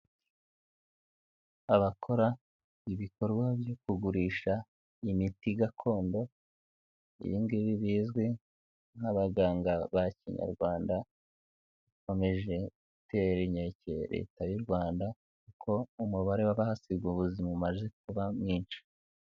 Abakora ibikorwa byo kugurisha imiti gakondo ingibi bizwi nk'abaganga ba kinyarwanda, bakomeje gutera inkeke Leta y'u Rwanda, kuko umubare w'abahasiga ubuzima umaze kuba mwinshi.